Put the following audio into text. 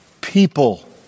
people